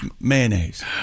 Mayonnaise